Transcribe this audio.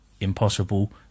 Impossible